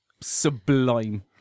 sublime